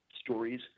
stories